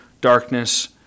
darkness